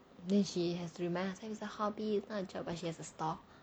then she has to remind herself that it's a hobby it's not a job but she has a stall